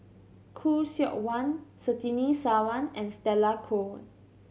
Khoo Seok Wan Surtini Sarwan and Stella Kon